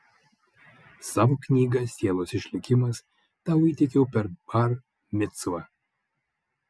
savo knygą sielos išlikimas tau įteikiau per bar micvą